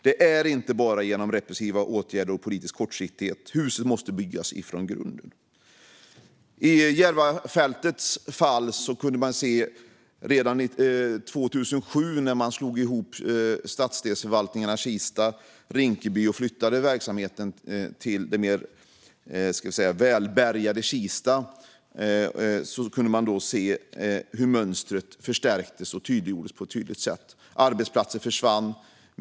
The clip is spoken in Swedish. Det handlar inte bara om repressiva åtgärder och politisk kortsiktighet. Huset måste byggas från grunden. I Järvafältets fall kunde man redan 2007, när stadsdelsförvaltningarna i Kista och Rinkeby slogs ihop och verksamheten flyttades till det mer välbärgade Kista, se hur mönstret förstärktes och tydliggjordes. Arbetsplatser försvann från Rinkeby.